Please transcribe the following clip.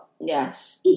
Yes